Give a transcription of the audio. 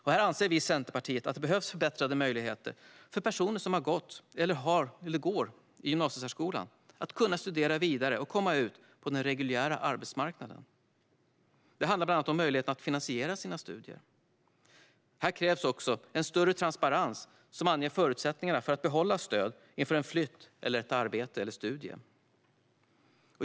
Centerpartiet anser att det behövs förbättrade möjligheter för personer som går eller har gått i gymnasiesärskolan att kunna studera vidare och komma ut på den reguljära arbetsmarknaden. Det handlar bland annat om möjligheten att finansiera sina studier. Här krävs också en större transparens som anger förutsättningarna för att behålla stöd inför en flytt till arbete eller studier.